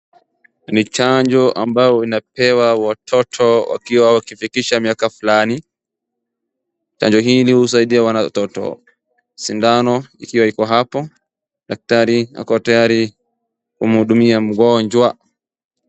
Ni chanjo ambayo inapewa watoto wakiwa wakifikisha miaka fulani, chanjo hili husaidia watoto sindano ikiwa iko hapo, daktari ako tayari kumhudumia mgonjwa.